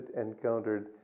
encountered